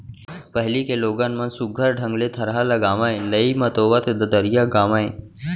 पहिली के लोगन मन सुग्घर ढंग ले थरहा लगावय, लेइ मतोवत ददरिया गावयँ